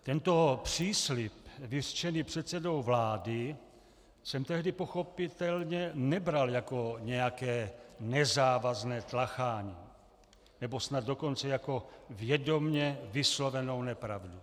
Tento příslib vyřčený předsedou vlády jsem tehdy pochopitelně nebral jako nějaké nezávazné tlachání, nebo snad dokonce jako vědomě vyslovenou nepravdu.